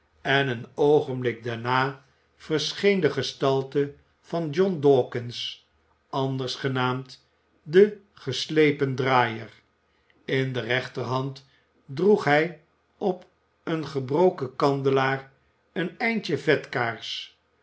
en een oogenbük daarna versoen de gestalte van john dawkins anders genaamd de geslepen draaier in de rechterhand droeg hij op een gebroken kandelaar een eindje vetkaars